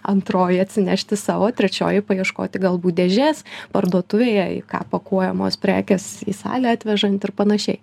antroji atsinešti savo trečioji paieškoti galbūt dėžės parduotuvėje į ką pakuojamos prekės į salę atvežant ir panašiai